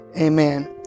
Amen